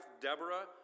Deborah